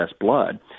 blood